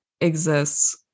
exists